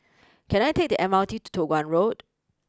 can I take the M R T to Toh Guan Road